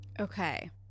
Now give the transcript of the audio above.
Okay